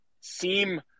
seem